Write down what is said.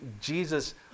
Jesus